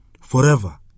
forever